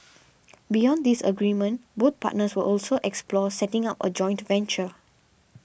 beyond this agreement both partners will also explore setting up a joint venture